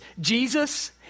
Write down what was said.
Jesus